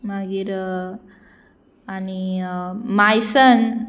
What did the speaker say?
मागीर आनी मायसन